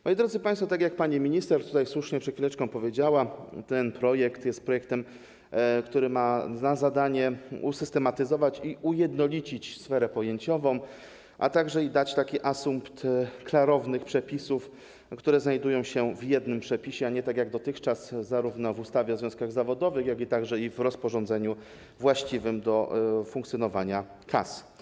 Moi drodzy państwo, tak jak pani minister słusznie przed chwileczką powiedziała, ten projekt jest projektem, który ma za zadanie usystematyzować i ujednolicić sferę pojęciową, a także dać taki asumpt klarownych przepisów, które znajdują się w jednym przepisie, a nie tak jak dotychczas, zarówno w ustawie o związkach zawodowych, jak i w rozporządzeniu właściwym do funkcjonowania kas.